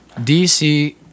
DC